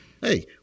Hey